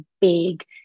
big